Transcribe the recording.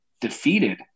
defeated